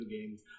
games